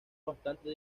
bastante